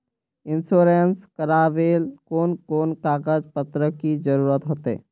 Insurance करावेल कोन कोन कागज पत्र की जरूरत होते?